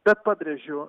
bet pabrėžiu